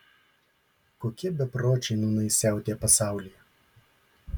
kokie bepročiai nūnai siautėja pasaulyje